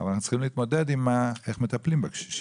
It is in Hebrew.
ואנחנו צריכים להתמודד עם האופן שבו אנחנו מתפלים בקשישים.